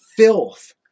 filth